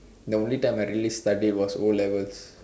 the only time I really study was O-levels